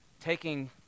taking